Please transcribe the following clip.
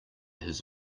his